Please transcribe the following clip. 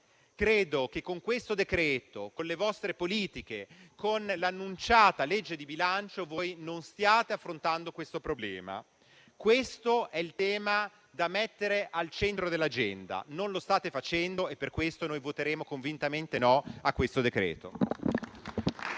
Credo che con il decreto-legge in esame, con le vostre politiche e con l'annunciata legge di bilancio voi non stiate affrontando questo problema. Questo è il tema da mettere al centro dell'agenda; non lo state facendo e per questo noi voteremo convintamente no a questo decreto.